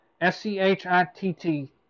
S-C-H-I-T-T